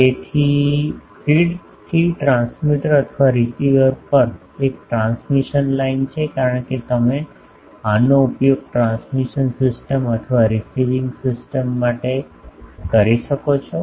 તેથી ફીડથી ટ્રાન્સમીટર અથવા રીસીવર પર એક ટ્રાન્સમિશન લાઇન છે કારણ કે તમે આનો ઉપયોગ ટ્રાન્સમિટિંગ સિસ્ટમ અથવા રીસિવિંગ સિસ્ટમ માટે કરી શકો છો